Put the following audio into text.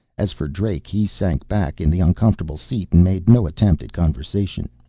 as for drake, he sank back in the uncomfortable seat and made no attempt at conversation.